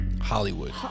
Hollywood